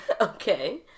Okay